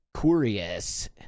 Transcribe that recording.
Curious